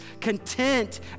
content